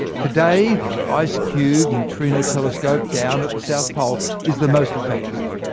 today, the icecube neutrino telescope down at the south pole is the most advanced,